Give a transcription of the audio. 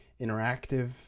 interactive